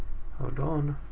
hold on.